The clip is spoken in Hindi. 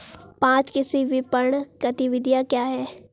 पाँच कृषि विपणन गतिविधियाँ क्या हैं?